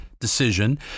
decision